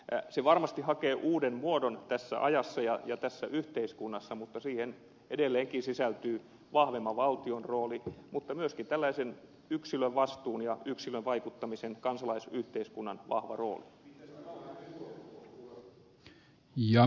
se varmasti hakee uuden muodon tässä ajassa ja tässä yhteiskunnassa mutta siihen edelleenkin sisältyy vahvemman valtion rooli mutta myöskin tällaisen yksilön vastuun ja yksilön vaikuttamisen kansalaisyhteiskunnan vahva rooli